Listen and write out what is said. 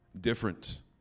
different